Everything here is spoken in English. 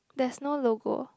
there's no logo